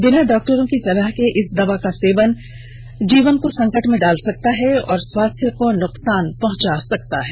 बिना डॉक्टरों की सलाह के इस दवा के सेवन से जीवन संकट में पड़ सकता है और स्वास्थ्य को नुकसान पहुंच सकता है